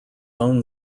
own